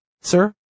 Sir